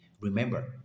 Remember